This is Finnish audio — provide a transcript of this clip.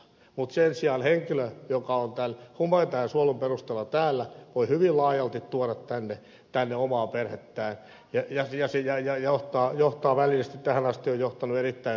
mutta sen sijaan henkilö joka on humanitäärisen suojelun perusteella täällä voi hyvin laajalti tuoda tänne omaa perhettään ja se on tähän asti johtanut erittäin suuriin perheenyhdistämisiin